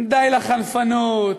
די לחנפנות,